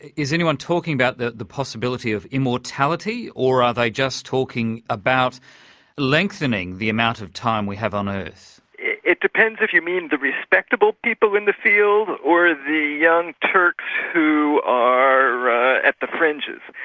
is anyone talking about the the possibility of immortality, or are they just talking about lengthening the amount of time we have on earth? it it depends if you mean the respectable people in the field or the young turks who are at the fringes.